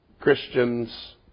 Christians